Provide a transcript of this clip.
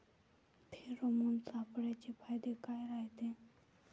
Pheromone सापळ्याचे फायदे काय रायते?